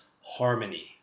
harmony